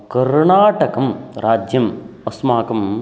कर्णाटकं राज्यम् अस्माकम्